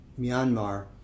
Myanmar